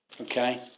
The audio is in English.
Okay